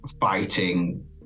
fighting